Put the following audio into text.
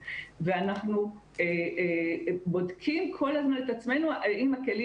ואנחנו בודקים כל הזמן את עצמנו אם הכלים